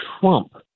Trump